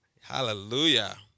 Hallelujah